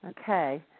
Okay